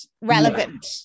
relevant